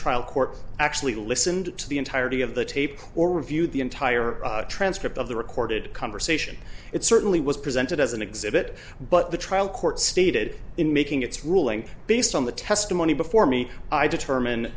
trial court actually listened to the entirety of the tape or reviewed the entire transcript of the recorded conversation it certainly was presented as an exhibit but the trial court stated in making its ruling based on the testimony before me i determine